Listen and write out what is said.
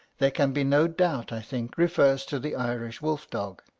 there can be no doubt, i think, refers to the irish wolf-dog.